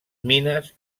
mines